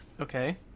Okay